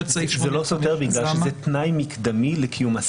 לא מתקיימים,